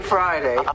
Friday